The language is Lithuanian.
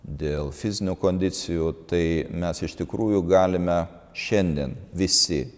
dėl fizinių kondicijų tai mes iš tikrųjų galime šiandien visi